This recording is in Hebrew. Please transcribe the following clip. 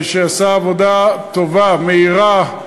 שעשה עבודה טובה, מהירה,